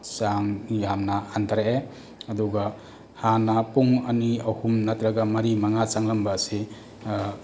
ꯆꯥꯡ ꯌꯥꯝꯅ ꯍꯟꯊꯔꯛꯑꯦ ꯑꯗꯨꯒ ꯍꯥꯟꯅ ꯄꯨꯡ ꯑꯅꯤ ꯑꯍꯨꯝ ꯅꯠꯇ꯭ꯔꯒ ꯃꯔꯤ ꯃꯉꯥ ꯆꯪꯂꯝꯕ ꯑꯁꯤ